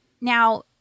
now